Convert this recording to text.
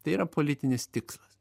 tai yra politinis tikslas